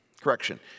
Correction